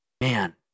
man